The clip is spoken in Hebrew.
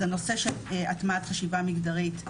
אז הנושא של הטעמת חשיבה מגדרית מתקדם.